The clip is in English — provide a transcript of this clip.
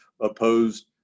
opposed